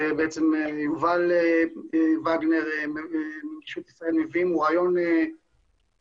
בעצם יובל וגנר מנגישות ישראל מביא הוא רעיון חדשני